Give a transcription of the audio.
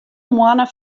moanne